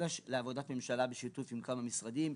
ממשלה בשיתוף עם כמה משרדים.